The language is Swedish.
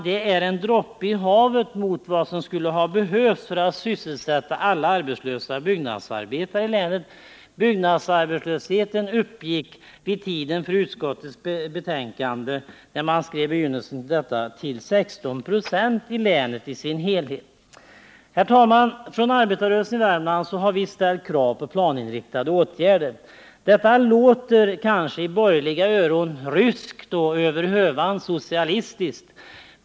Det är en droppe i havet mot vad som skulle ha behövts för att sysselsätta alla arbetslösa byggnadsarbetare i länet. Byggarbetslösheten uppgick när utskottet skrev begynnelsen av sitt betänkande till 16 26 i länet som helhet. Herr talman! Från arbetarrörelsen i Värmland har vi ställt krav på planinriktade åtgärder. Detta låter kanske i borgerliga öron ryskt och över hövan socialistiskt.